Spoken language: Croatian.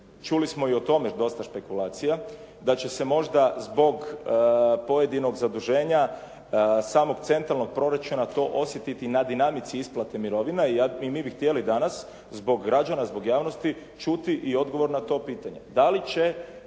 Čuli smo i o tome dosta špekulacija, da će se možda zbog pojedinog zaduženja samog centralnog proračuna to osjetiti na dinamici isplate mirovina i mi bi htjeli danas zbog građana, zbog javnosti čuti i odgovor na to pitanje